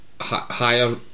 higher